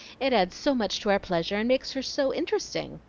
it adds so much to our pleasure, and makes her so interesting.